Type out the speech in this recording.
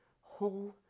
whole